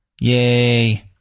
Yay